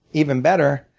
even better.